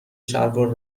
شلوار